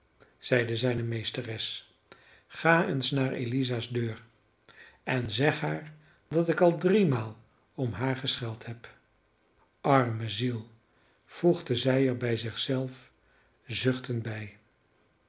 zeide zijne meesteres ga eens naar eliza's deur en zeg haar dat ik al driemaal om haar gescheld heb arme ziel voegde zij er bij zich zelve zuchtend bij